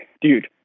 dude